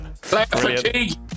fatigue